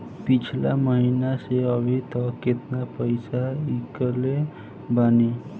पिछला महीना से अभीतक केतना पैसा ईकलले बानी?